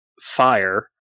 fire